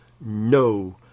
no